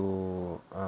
uh